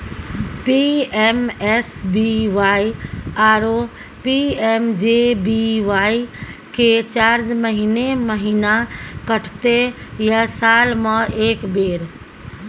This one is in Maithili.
पी.एम.एस.बी.वाई आरो पी.एम.जे.बी.वाई के चार्ज महीने महीना कटते या साल म एक बेर?